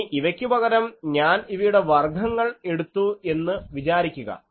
ഇനി ഇവയ്ക്കു പകരം ഞാൻ ഇവയുടെ വർഗ്ഗങ്ങൾ എടുത്തു എന്നു വിചാരിക്കുക